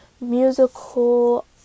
musical